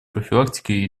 профилактики